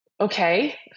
okay